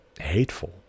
hateful